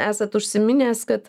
esat užsiminęs kad